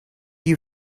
you